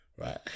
right